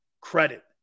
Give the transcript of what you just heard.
credit